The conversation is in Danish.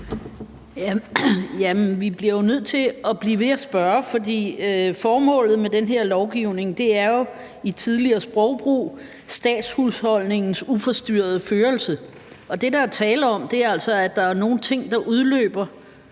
Vi bliver nødt til at blive ved med at spørge, for formålet med den her lovgivning er jo – med tidligere sprogbrug – statshusholdningens uforstyrrede førelse. Og det, der er tale om, er altså, at der er nogle ting, der udløber